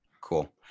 Cool